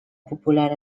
popular